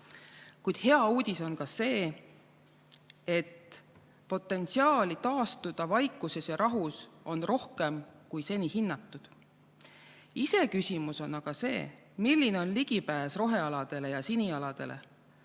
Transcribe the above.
Kuid hea uudis on ka see, et potentsiaali taastuda vaikuses ja rahus on nüüd rohkem kui seni hinnatud. Iseküsimus on see, milline on ligipääs rohealadele ja sinialadele.